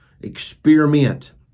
experiment